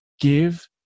give